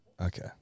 Okay